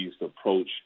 approach